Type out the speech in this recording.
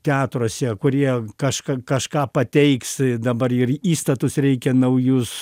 teatruose kurie kaš kažką pateiks dabar ir įstatus reikia naujus